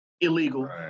illegal